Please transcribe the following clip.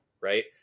right